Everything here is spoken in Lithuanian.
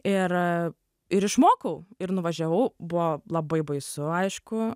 ir ir išmokau ir nuvažiavau buvo labai baisu aišku